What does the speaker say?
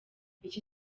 iki